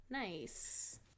Nice